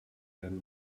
werden